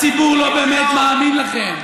הציבור לא באמת מאמין לכם.